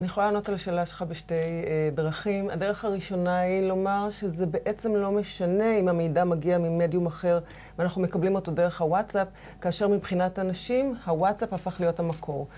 אני יכולה לענות על השאלה שלך בשתי דרכים. הדרך הראשונה היא לומר שזה בעצם לא משנה אם המידע מגיע ממדיום אחר ואנחנו מקבלים אותו דרך הוואטסאפ, כאשר מבחינת הנשים הוואטסאפ הפך להיות המקור.